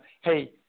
Hey